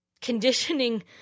conditioning